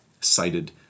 cited